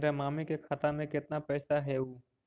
मेरा मामी के खाता में कितना पैसा हेउ?